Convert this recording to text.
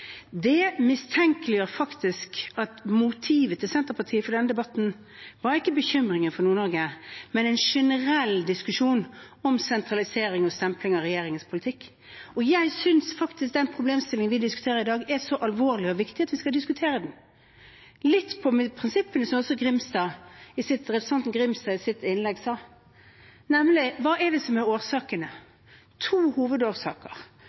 Det mistenkeliggjør faktisk at motivet til Senterpartiet for denne debatten ikke var bekymringen for Nord-Norge, men en generell diskusjon om sentralisering og stempling av regjeringens politikk. Jeg syns faktisk den problemstillingen vi diskuterer i dag, er så alvorlig og viktig at vi skal diskutere den – litt på premissene som representanten Grimstad tok opp i sitt innlegg, nemlig hva det er som er årsakene. Det er to hovedårsaker